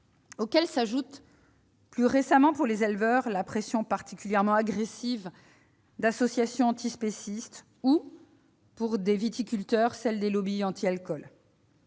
campagne ; s'y ajoute plus récemment, pour les éleveurs, la pression, particulièrement agressive, d'associations antispécistes ou, pour les viticulteurs, celles des lobbies anti-alcool.